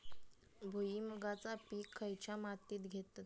भुईमुगाचा पीक खयच्या मातीत घेतत?